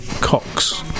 Cox